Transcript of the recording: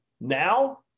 now